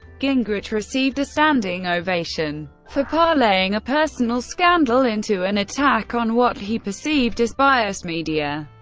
gingrich received a standing ovation for parlaying a personal scandal into an attack on what he perceived as biased media.